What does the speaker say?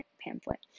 pamphlet